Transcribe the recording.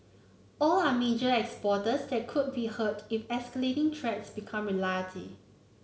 all are major exporters that could be hurt if escalating threats become reality